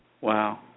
Wow